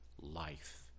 life